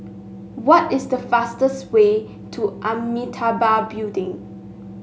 what is the fastest way to Amitabha Building